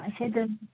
अशे तर